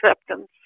acceptance